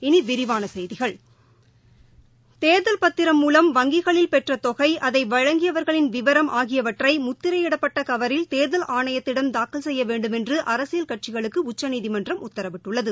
இனிவிரிவானசெய்திகள் தேர்தல் பத்திரம் மூலம் வங்கிகளில் பெற்றதொகை அதைவழங்கியவாகளின் விவரம் ஆகியவற்றைமுத்திரையிடப்பட்டகவரில் தேர்தல் ஆணையத்திடம் தாக்கல் செய்யவேண்டுமென்றுஅரசியல் கட்சிகளுக்குஉச்சநீதிமன்றம் உத்தரவிட்டுள்ளது